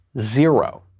Zero